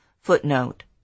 Footnote